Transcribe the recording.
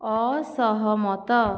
ଅସହମତ